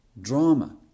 drama